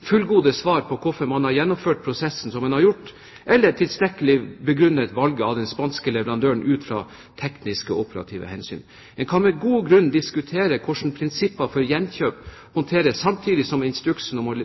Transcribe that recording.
fullgode svar på hvorfor man har gjennomført prosessen som man har gjort, eller tilstrekkelig begrunnet valget av den spanske leverandøren ut fra tekniske og operative hensyn. En kan med god grunn diskutere hvordan prinsipper for gjenkjøp håndteres, samtidig som instruksen om å